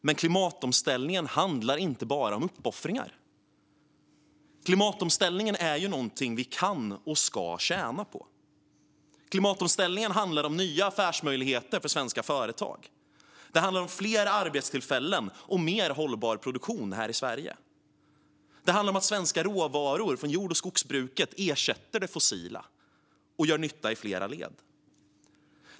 Men klimatomställningen handlar inte bara om uppoffringar, utan den är något som vi kan och ska tjäna på. Klimatomställningen handlar om nya affärsmöjligheter för svenska företag, fler arbetstillfällen och mer hållbar produktion här i Sverige. Det handlar om svenska råvaror från jord och skogsbruk som ersätter det fossila och gör nytta i flera led.